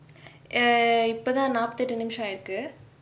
err இப்பதா நாப்பத்தி எட்டு நிமிஷோ ஆயிருக்கு:ippethaa naapathi ettu nimisho aayirukku